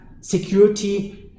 security